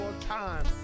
time